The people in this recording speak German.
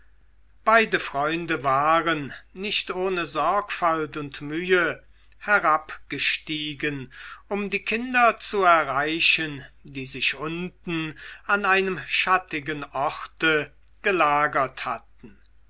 beide freunde waren nicht ohne sorgfalt und mühe herabgestiegen um die kinder zu erreichen die sich unten an einem schattigen orte gelagert hatten